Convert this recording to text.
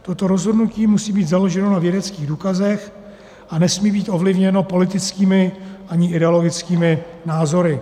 Toto rozhodnutí musí být založeno na vědeckých důkazech a nesmí být ovlivněno politickými ani ideologickými názory.